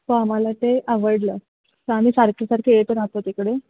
तो आम्हाला ते आवडलं तर आम्ही सारखेसारखे येत राहतो तिकडे